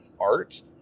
art